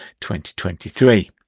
2023